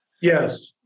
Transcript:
Yes